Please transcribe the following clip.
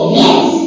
yes